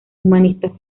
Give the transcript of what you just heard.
humanista